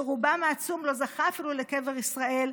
שרובם העצום לא זכה אפילו לקבר ישראל,